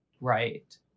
Right